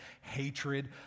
hatred